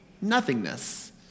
nothingness